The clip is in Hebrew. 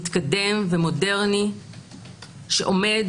מתקדם ומודרני שעומד